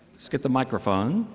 let's get the microphone.